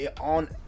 on